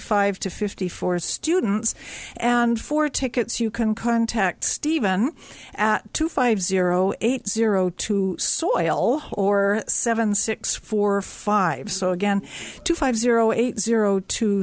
five to fifty for students and for tickets you can contact stephen at two five zero zero eight zero two soil or seven six four five so again two five zero eight zero two